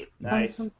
Nice